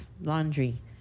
Laundry